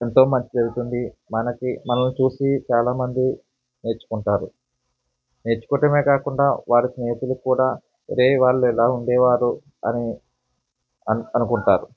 ఎంతో మంచి జరుగుతుంది మనకి మనలని చూసి చాలా మంది నేర్చుకుంటారు నేర్చుకోవడమే కాకుండా వారి స్నేహితులకి కూడా రేయ్ వాళ్ళు ఇలా ఉండేవారు అని అనుకుంటారు